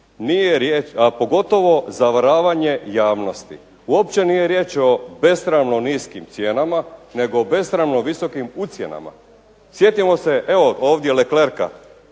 a pogotovo zavaravanje javnosti. Uopće nije riječ o besramno niskim cijenama, nego o besramno visokim ucjenama. Sjetimo se ovdje Leklerka